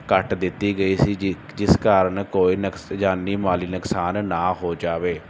ਕੱਟ ਦਿੱਤੀ ਗਈ ਸੀ ਜਿ ਜਿਸ ਕਾਰਨ ਕੋਈ ਨੁਕਸ ਜਾਨੀ ਮਾਲੀ ਨੁਕਸਾਨ ਨਾ ਹੋ ਜਾਵੇ